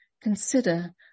Consider